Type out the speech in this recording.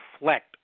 reflect